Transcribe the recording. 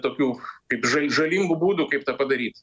tokių kaip ža žalingų būdų kaip tą padaryt